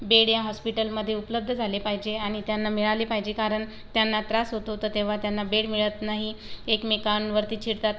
bed या हॉस्पिटलमध्ये उपलब्ध झाले पाहिजे आणि त्यांना मिळाले पाहिजे कारण त्यांना त्रास होतो तर तेव्हा त्यांना बेड मिळत नाही एकमेकांवरती चिडतात